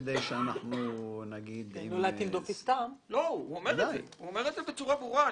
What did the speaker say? הוא אומר את זה בצורה ברורה.